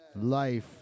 life